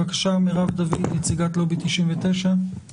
מרב דוד, נציגת לובי 99, בבקשה.